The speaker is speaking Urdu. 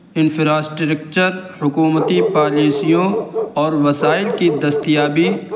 انفراسٹرکچر حکومتی پالیسیوں اور وسائل کی دستیابی